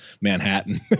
Manhattan